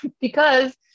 because-